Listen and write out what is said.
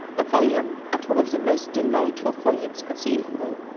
a volume, and one of the most delightful volumes conceivable.